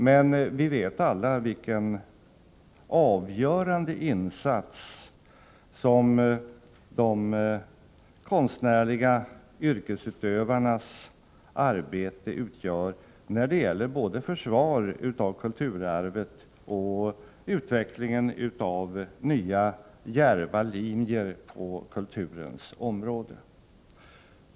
Men vi vet alla vilken avgörande insats som de konstnärliga yrkesutövarnas arbete utgör när det gäller både försvaret av kulturarvet och utvecklingen av nya djärva linjer på kulturens område.